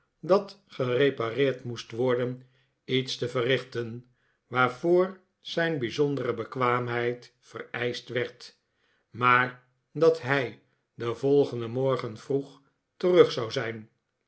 dat gerepareerd moest worden iets te verrichten waarvoor zijn bijzondere bekwaamheid vereischt werd maar dat hij den volgenden morgen vroeg terug zou zijn